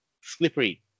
Slippery